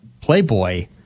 Playboy